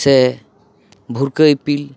ᱥᱮ ᱵᱩᱷᱨᱠᱟᱹᱜ ᱤᱯᱤᱞ